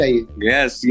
Yes